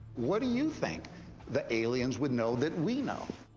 what do you think the aliens would know that we know?